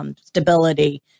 Stability